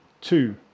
two